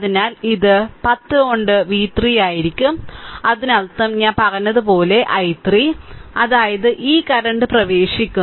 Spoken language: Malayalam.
അതിനാൽ ഇത് 10 കൊണ്ട് v3 ആയിരിക്കും അതിനർത്ഥം ഞാൻ പറഞ്ഞതുപോലെ i3 അതായത് ഈ കറന്റ് പ്രവേശിക്കുന്നു